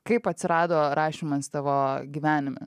kaip atsirado rašymas tavo gyvenime